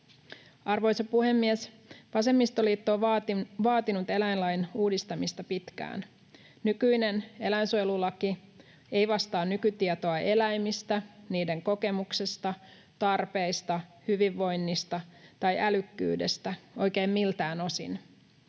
Arvoisa puhemies! Vasemmistoliitto on vaatinut eläinlain uudistamista pitkään. Nykyinen eläinsuojelulaki ei vastaa nykytietoa eläimistä, niiden kokemuksesta, tarpeista, hyvinvoinnista tai älykkyydestä oikein miltään osin.